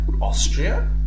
Austria